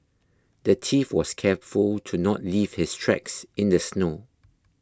the thief was careful to not leave his tracks in the snow